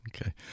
Okay